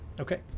Okay